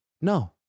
No